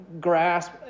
grasp